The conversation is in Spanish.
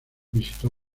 visitó